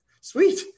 sweet